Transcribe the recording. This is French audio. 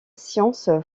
science